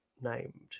named